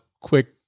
quick